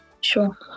sure